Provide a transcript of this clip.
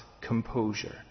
composure